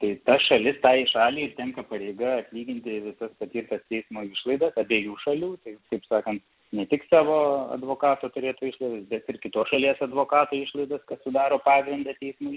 tai ta šalis tai šaliai ir tenka pareiga atlyginti visas patirtas teismo išlaidas abiejų šalių tai kaip sakant ne tik savo advokato turėtų išlaidas bet ir kitos šalies advokato išlaidas kas sudaro pagrindą teismui